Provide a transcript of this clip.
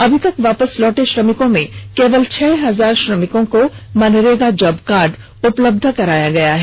अभी तक वापस लौटे श्रमिकों में लगभग छह हजार श्रमिकों को मनरेगा का जॉब कार्ड उपलब्ध करवाया गया है